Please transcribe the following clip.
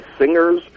singers